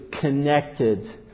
connected